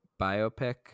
biopic